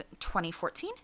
2014